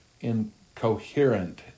incoherent